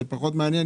זה פחות מעניין,